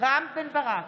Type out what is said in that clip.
רם בן ברק,